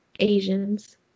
Asians